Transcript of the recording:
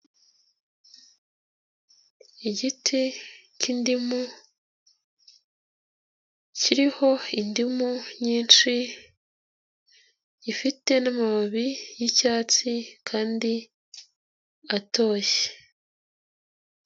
Igiti cy'indimu kiriho indimu nyinshi gifite n'amababi y'icyatsi kandi atoshye.